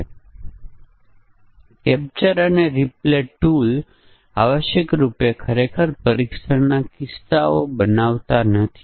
તેથી e commerce site પર એક પ્રોગ્રામ છે જે ગ્રાહકને લાગુ પડતું ડિસ્કાઉન્ટ દર્શાવે છે